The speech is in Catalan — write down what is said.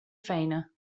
feina